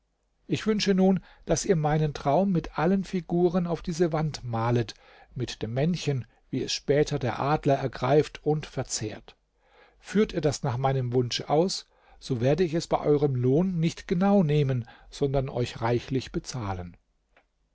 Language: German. ich wünsche nun daß ihr meinen traum mit allen figuren auf diese wand malet mit dem männchen wie es später der adler ergreift und verzehrt führt ihr das nach meinem wunsch aus so werde ich es bei eurem lohn nicht genau nehmen sondern euch reichlich bezahlen